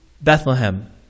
Bethlehem